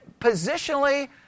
positionally